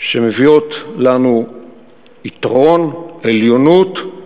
שמביאות לנו יתרון, עליונות,